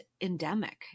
endemic